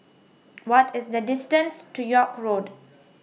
What IS The distance to York Road